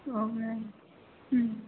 औ मेम उम